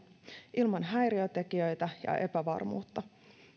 ilman häiriötekijöitä ja epävarmuutta